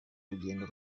rugendo